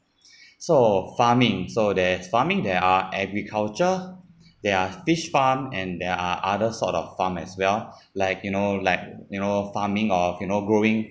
so farming so there's farming there are agriculture there are fish farm and there are other sort of farm as well like you know like you know farming of you know growing